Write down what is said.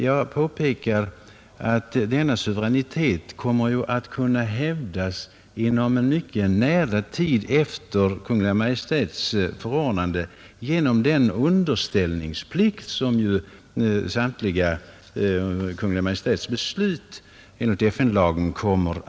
Jag vill påpeka att denna suveränitet kommer att kunna hävdas inom mycket kort tid efter Kungl. Maj:ts förordnande genom den underställningsplikt som gäller samtliga Kungl. Maj:ts beslut enligt FN-lagen.